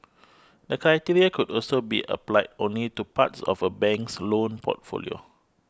the criteria could also be applied only to parts of a bank's loan portfolio